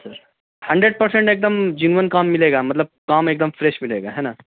سر hundred percent ایک دم genuine کام ملے گا مطلب کام ایک دم فریش ملے گا ہے نا